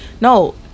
No